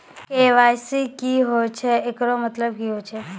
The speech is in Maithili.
के.वाई.सी की होय छै, एकरो मतलब की होय छै?